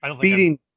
beating